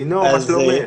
לינור, מה שלומך?